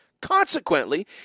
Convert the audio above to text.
Consequently